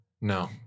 No